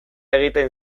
egiten